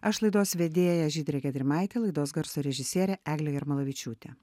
aš laidos vedėja žydrė gedrimaitė laidos garso režisierė eglė jarmolavičiūtė